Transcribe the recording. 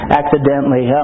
accidentally